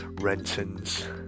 Renton's